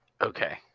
Okay